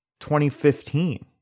2015